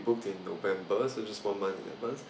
booked in november so just one month in advance